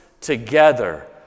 together